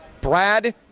Brad